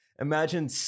Imagine